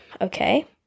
Okay